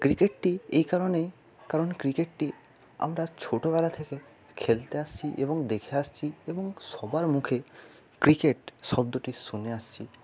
ক্রিকেটটি এই কারণেই কারণ ক্রিকেটটি আমরা ছোটোবেলা থেকে খেলতে আসছি এবং দেখে আসছি এবং সবার মুখে ক্রিকেট শব্দটি শুনে আসছি